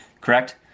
correct